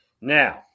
now